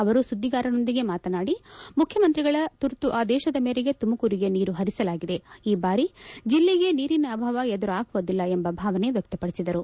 ಅವರು ಸುದ್ದಿಗಾರರೊಂದಿಗೆ ಮಾತನಾಡಿ ಮುಖ್ಯಮಂತ್ರಿಗಳ ತುರ್ತು ಆದೇಶದ ಮೇರೆಗೆ ತುಮಕೂರಿಗೆ ನೀರು ಹರಿಸಲಾಗಿದೆ ಈ ಬಾರಿ ಜಿಲ್ಲೆಗೆ ನೀರಿನ ಅಭಾವ ಎದುರಾಗುವುದಿಲ್ಲ ಎಂಬ ಭಾವನೆ ವ್ಯಕ್ತಪಡಿಸಿದರು